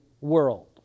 world